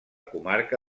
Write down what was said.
comarca